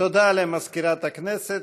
למזכירת הכנסת.